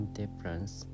difference